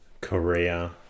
Korea